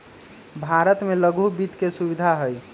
भारत में लघु वित्त के सुविधा हई